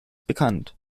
bekannt